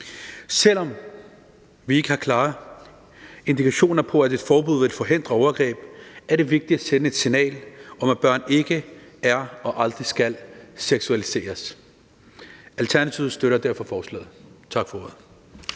Selv om vi ikke har klare indikationer på, at et forbud vil forhindre overgreb, er det vigtigt at sende et signal om, at børn ikke er seksuelle og aldrig skal seksualiseres. Alternativet støtter derfor forslaget. Tak for ordet.